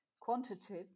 Quantitative